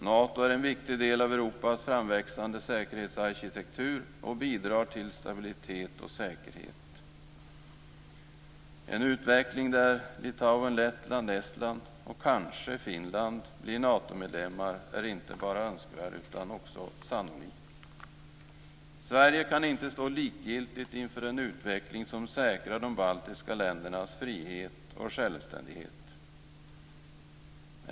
Nato är en viktig del av Europas framväxande säkerhetsarkitektur och bidrar till stabilitet och säkerhet. En utveckling där Litauen, Lettland, Estland och kanske Finland blir Natomedlemmar är inte bara önskvärd utan också sannolik. Sverige kan inte stå likgiltigt inför en utveckling som säkrar de baltiska ländernas frihet och självständighet.